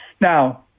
Now